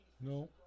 No